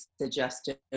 suggested